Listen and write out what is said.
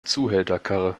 zuhälterkarre